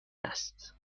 است